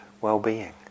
well-being